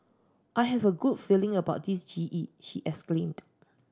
I have a good feeling about this G E she exclaimed